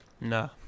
No